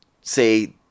say